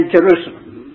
Jerusalem